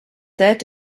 that